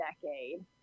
decade